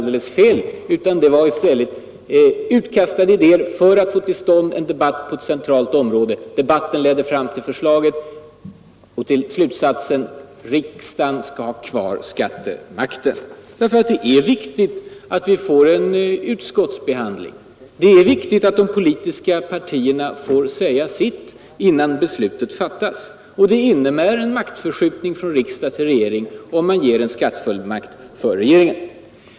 Det som står i boken var i stället idéer som utkastades för att vi skulle få till stånd en debatt på ett centralt område. Debatten ledde fram till förslaget och till slutsatsen: riksdagen skall ha kvar skattemakten. Därför att det är viktigt att vi får en utskottsbehandling. Det är viktigt att de politiska partierna får säga sitt innan beslut fattas. Det innebär en maktförskjutning från riksdag till regering om man ger regeringen en skattefullmakt.